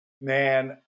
man